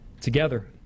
together